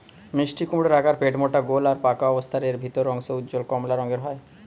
মিষ্টিকুমড়োর আকার পেটমোটা গোল আর পাকা অবস্থারে এর ভিতরের অংশ উজ্জ্বল কমলা রঙের হয়